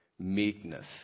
meekness